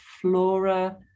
flora